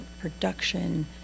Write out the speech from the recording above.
production